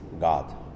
God